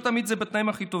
לא תמיד זה בתנאים הכי טובים.